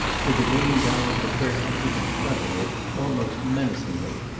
with the ringing down of the curtain he confronted her, almost menacingly.